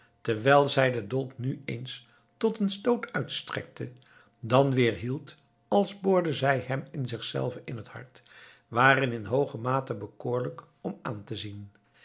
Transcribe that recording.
terwijl zij den dolk nu eens tot een stoot uitstrekte dan weer hield als boorde zij hem zich zelve in het hart waren in hooge mate bekoorlijk om aan te zien